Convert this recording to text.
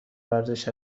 ورزش